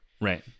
Right